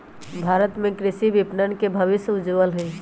भारत में कृषि विपणन के भविष्य उज्ज्वल हई